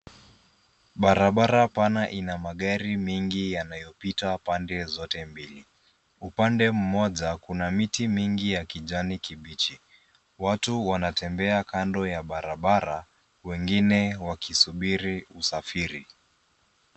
Barabara pana ina magari mengi yanayopita pande zote mbili. Upande mmoja kuna miti mingi ya kijani kibichi. Watu wanatembea kando ya barabara, wengine wakisubiri usafiri.